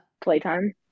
Playtime